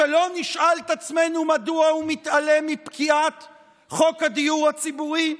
שלא נשאל את עצמנו מדוע הוא מתעלם מפקיעת חוק הדיור הציבורי?